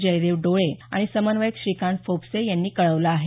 जयदेव डोळे आणि समन्वयक श्रीकांत फोपसे यांनी कळवलं आहे